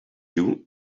you